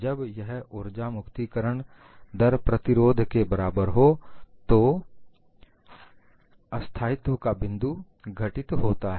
जब यह उर्जा मुक्तिकरण दर प्रतिरोध के बराबर हो तो अस्थायित्व का बिंदु घटित होता है